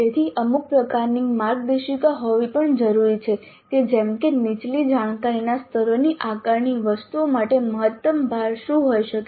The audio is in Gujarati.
તેથી અમુક પ્રકારની માર્ગદર્શિકા હોવી પણ જરૂરી છે જેમ કે નીચલી જાણકારીના સ્તરોની આકારણી વસ્તુઓ માટે મહત્તમ ભાર શું હોઈ શકે